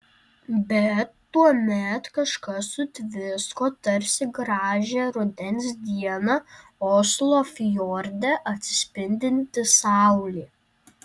bet tuomet kažkas sutvisko tarsi gražią rudens dieną oslo fjorde atsispindinti saulė